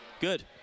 Good